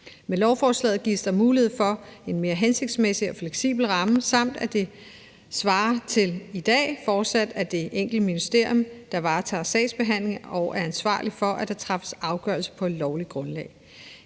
Med lovforslaget gives der mulighed for en mere hensigtsmæssig og fleksibel ramme, samt at det – og det svarer til, hvordan det er i dag – fortsat er det enkelte ministerium, der varetager sagsbehandlingen og er ansvarlig for, at der træffes afgørelse på et lovligt grundlag.